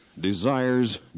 desires